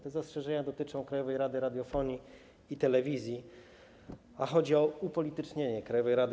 Te zastrzeżenia dotyczą Krajowej Rady Radiofonii i Telewizji, a chodzi o upolitycznienie tej rady.